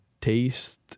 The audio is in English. taste